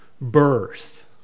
birth